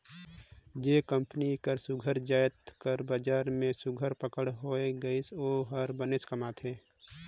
जेन कंपनी कर सुग्घर जाएत कर बजार में सुघर पकड़ होए गइस ओ हर बनेचपन कमाथे